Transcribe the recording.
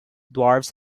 dwarves